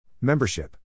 Membership